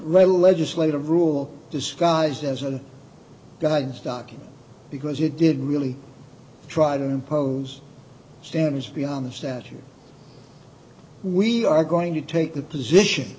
legislative rule disguised as a guide stocking because you didn't really try to impose standards beyond the statute we are going to take the position